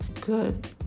good